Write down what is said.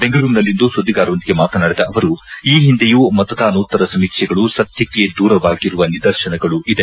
ಬೆಂಗಳೂರಿನಲ್ಲಿಂದು ಸುದ್ದಿಗಾರರೊಂದಿಗೆ ಮಾತನಾಡಿದ ಅವರು ಈ ಹಿಂದೆಯೂ ಮತದಾನೋತ್ತರ ಸಮೀಕ್ಷೆಗಳು ಸತ್ತಕ್ಕೆ ದೂರವಾಗಿರುವ ನಿರ್ದಶನಗಳು ಇದೆ